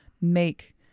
make